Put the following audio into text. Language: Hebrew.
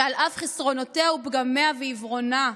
שעל אף חסרונותיה ופגמיה ועיוורונה,